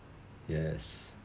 yes